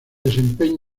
desempeño